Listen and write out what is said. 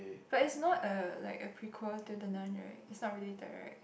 but is not a like a prequel to the Nun right it's not related right